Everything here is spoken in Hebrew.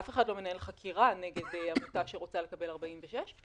אף אחד לא מנהל חקירה נגד עמותה שרוצה לקבל את סעיף 46,